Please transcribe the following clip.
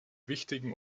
wichtigen